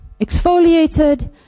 exfoliated